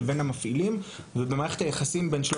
לבין המפעילים ובמערכת היחסים בין שלושת הגורמים הללו.